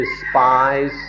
despise